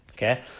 Okay